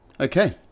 Okay